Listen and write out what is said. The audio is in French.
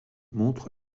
montre